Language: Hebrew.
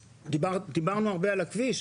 דיברנו הרבה על הכביש,